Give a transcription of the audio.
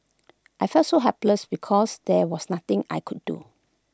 I felt so helpless because there was nothing I could do